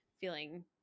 feeling